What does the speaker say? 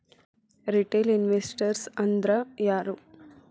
Retail investors ಅಂದ್ರಾ ಯಾರು?